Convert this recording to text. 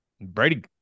Brady